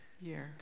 year